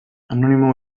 anonimo